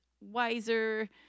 wiser